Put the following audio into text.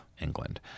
England